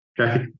okay